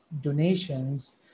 donations